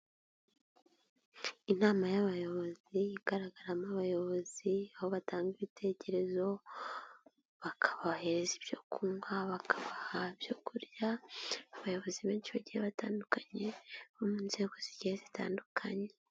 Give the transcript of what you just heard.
Inama y'abayobozi igaragaramo abayobozi aho batanga ibitekerezo, bakabahereza ibyo kunywa, bakabaha ibyo kurya, abayobozi benshi bagiye batandukanye bo mu nzego z'igiye zitandukanye.